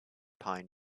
pine